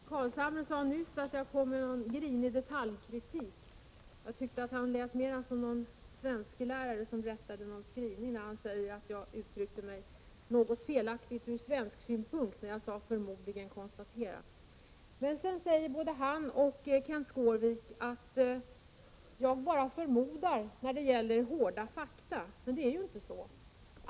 Herr talman! Nils Carlshamre sade nyss att jag kom med grinig detaljkritik. Jag tyckte att han närmast lät som en svensklärare som rättade en skrivning. Han menade att jag uttryckte mig något ogrammatikaliskt när jag använde orden ”förmodligen konstatera”. Både Nils Carlshamre och Kenth Skårvik säger att jag bara förmodar när jag bemöter hårda fakta.